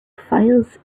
fires